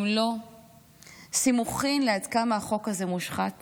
אם לא סימוכין לעד כמה החוק הזה מושחת